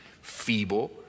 feeble